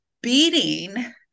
beating